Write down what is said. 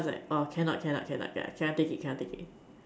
then I was like oh cannot cannot cannot cannot I cannot take it cannot take it